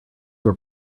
were